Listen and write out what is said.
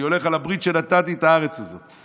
אני הולך על הברית שנתתי את הארץ הזאת.